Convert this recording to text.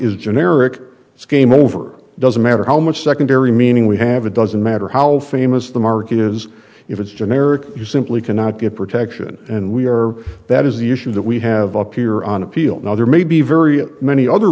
is generic it's game over doesn't matter how much secondary meaning we have it doesn't matter how famous the market is if it's generic you simply cannot get protection and we are that is the issue that we have up here on appeal now there may be very many other